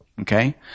okay